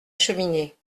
cheminée